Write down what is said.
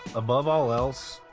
above all else,